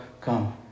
come